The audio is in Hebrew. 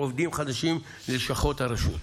עובדים חדשים ללשכות הרשות.